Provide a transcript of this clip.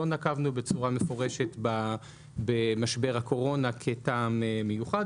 לא נקבנו בצורה מפורשת במשבר הקורונה כטעם מיוחד,